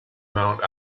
mount